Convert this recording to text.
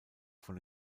von